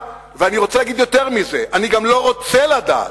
ואני רוצה להגיד יותר מזה: אני גם לא רוצה לדעת.